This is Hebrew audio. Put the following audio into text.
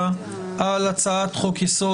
נא לשבת,